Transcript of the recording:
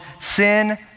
sin